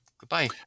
Goodbye